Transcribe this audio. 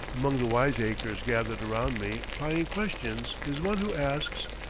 among the wiseacres gathered around me plying questions, is one who asks,